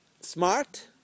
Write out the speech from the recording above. smart